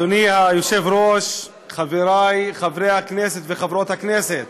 אדוני היושב-ראש, חברי חברי הכנסת וחברות הכנסת,